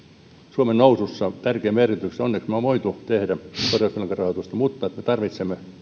suomen nousussa tärkeä merkityksensä onneksi me olemme voineet tehdä korjausvelkarahoituksella mutta me tarvitsemme